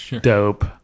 dope